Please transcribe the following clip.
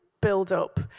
build-up